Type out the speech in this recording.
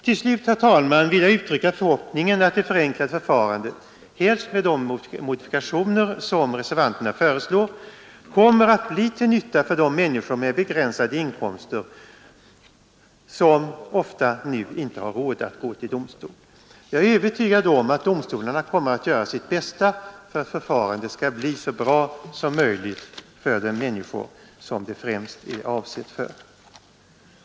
Till slut, herr talman, vill jag uttrycka den förhoppningen att det förenklade förfarandet, helst med de modifikationer som reservanterna föreslår, kommer att bli till nytta för de människor med begränsade inkomster som nu ofta inte har råd att gå till domstol. Jag är övertygad om att domstolarna kommer att göra sitt bästa för att förfarandet skall bli så bra som möjligt för de människor som det främst är avsett för.